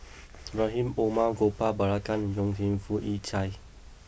Rahim Omar Gopal Baratham and Yong Yik Chye